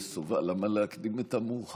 חבר הכנסת סובה, למה להקדים את המאוחר?